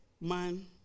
man